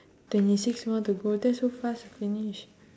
twenty six more to go that's so fast finish